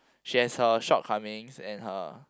she has her short comings and her